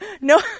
No